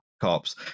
cops